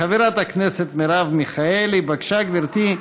חברת הכנסת מרב מיכאלי, בבקשה, גברתי,